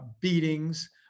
beatings